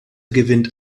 gewinnt